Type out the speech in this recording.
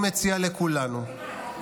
למה?